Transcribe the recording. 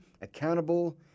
accountable